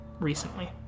recently